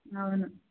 అవును